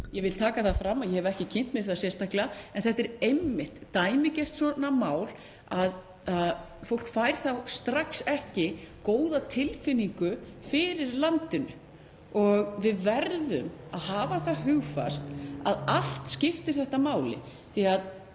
Ég vil taka það fram að ég hef ekki kynnt mér það sérstaklega en þetta er einmitt dæmigert mál, fólk fær þá strax ekki góða tilfinningu fyrir landinu. Við verðum að hafa það hugfast að allt skiptir þetta máli